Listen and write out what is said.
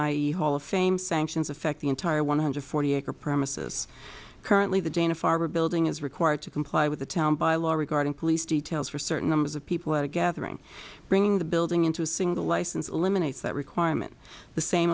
e hall of fame sanctions affect the entire one hundred forty acre premises currently the dana farber building is required to comply with a town by law regarding police details for certain numbers of people at a gathering bringing the building into a single license eliminates that requirement the same